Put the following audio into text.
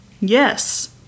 Yes